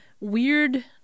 weird